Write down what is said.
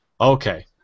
okay